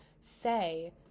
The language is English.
say